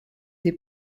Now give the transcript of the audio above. des